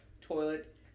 toilet